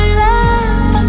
love